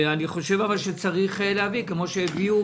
אני חושב שצריך להביא, כפי שהביאו